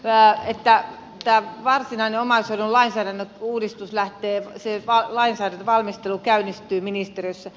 toivon että tämä varsinainen omaishoidon lainsäädännön valmistelu käynnistyy ministeriössä